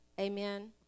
Amen